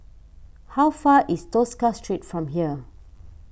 how far away is Tosca Street from here